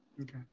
Okay